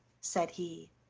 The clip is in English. said he.